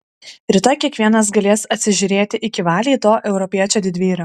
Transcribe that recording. rytoj kiekvienas galės atsižiūrėti iki valiai to europiečio didvyrio